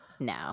No